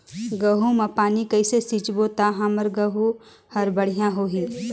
गहूं म पानी कइसे सिंचबो ता हमर गहूं हर बढ़िया होही?